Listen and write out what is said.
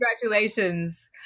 congratulations